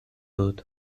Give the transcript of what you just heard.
dut